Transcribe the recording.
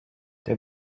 they